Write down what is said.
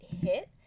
hit